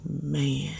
man